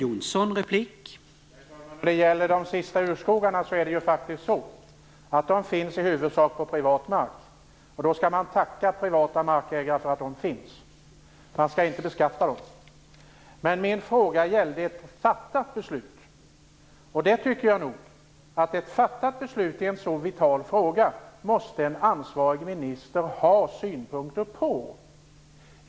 Herr talman! När det gäller de sista urskogarna är det faktiskt så att de i huvudsak finns på privat mark. Då skall man tacka de privata markägarna för att de finns. Man skall inte beskatta dem. Min fråga gällde emellertid ett fattat beslut. Jag tycker nog att en ansvarig minister måste ha synpunkter på ett fattat beslut i en sådan vital fråga.